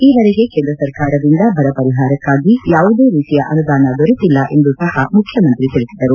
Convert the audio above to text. ಈವರೆಗೆ ಕೇಂದ್ರ ಸರ್ಕಾರದಿಂದ ಬರ ಪರಿಹಾರಕ್ಕಾಗಿ ಯಾವುದೇ ರೀತಿಯ ಅನುದಾನ ದೊರೆತಿಲ್ಲ ಎಂದೂ ಸಹ ಮುಖ್ಯಮಂತ್ರಿ ತಿಳಿಸಿದರು